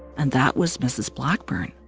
and that was mrs. blackburn